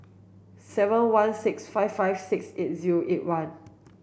seven one six five five six eight zero eight one